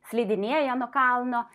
slidinėja nuo kalno